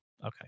okay